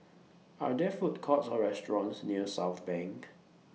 Are There Food Courts Or restaurants near Southbank